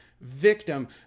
Victim